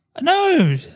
No